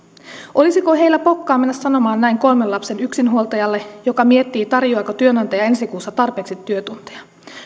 olisiko heillä pokkaa mennä sanomaan näin kolmen lapsen yksinhuoltajalle joka miettii tarjoaako työnantaja ensi kuussa tarpeeksi työtunteja